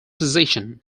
position